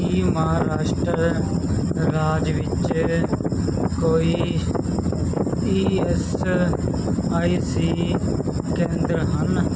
ਕੀ ਮਹਾਰਾਸ਼ਟਰ ਰਾਜ ਵਿੱਚ ਕੋਈ ਈ ਐੱਸ ਆਈ ਸੀ ਕੇਂਦਰ ਹਨ